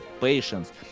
patience